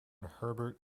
herbert